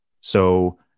So-